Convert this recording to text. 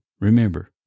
Remember